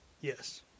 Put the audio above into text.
Yes